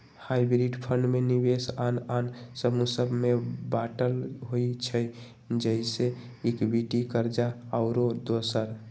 hybrid fund में निवेश आन आन समूह सभ में बाटल होइ छइ जइसे इक्विटी, कर्जा आउरो दोसर